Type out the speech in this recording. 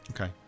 Okay